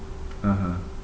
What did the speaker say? (uh huh)